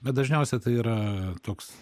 bet dažniausia tai yra toks